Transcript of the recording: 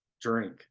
drink